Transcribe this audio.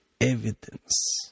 evidence